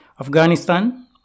Afghanistan